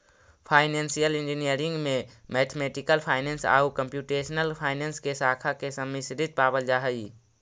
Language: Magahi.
फाइनेंसियल इंजीनियरिंग में मैथमेटिकल फाइनेंस आउ कंप्यूटेशनल फाइनेंस के शाखा के सम्मिश्रण पावल जा हई